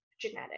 genetic